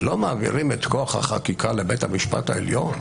שלא מעבירים את כוח החקיקה לבית המשפט העליון,